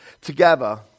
together